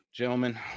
Gentlemen